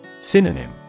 Synonym